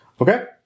Okay